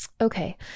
Okay